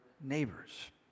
neighbors